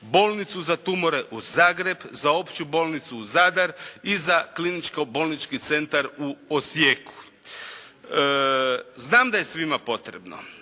Bolnicu za tumore u Zagreb, za Opću bolnicu Zadar i za Kliničko bolnički centar u Osijeku. Znam da je svima potrebno.